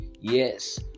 Yes